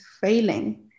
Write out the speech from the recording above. failing